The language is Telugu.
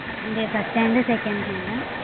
అంటే ఫస్ట్ హ్యాండు సెకండ్ హ్యాండా